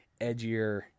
edgier